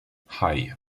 hei